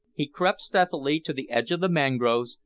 he crept stealthily to the edge of the mangroves,